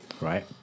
right